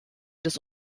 des